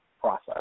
process